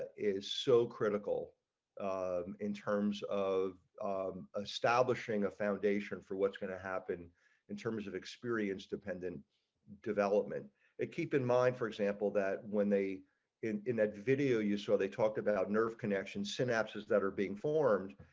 is so critical um in terms of establishing a foundation for what's going to happen in terms of experience dependent development it keep in mind for example that when they in in that video you saw they talk about nerve connections in ap says that are being formed